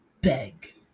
beg